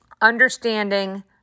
Understanding